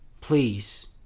please